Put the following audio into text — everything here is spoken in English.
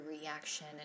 reaction